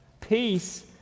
Peace